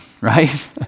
right